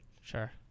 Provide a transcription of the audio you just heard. Sure